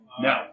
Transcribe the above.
No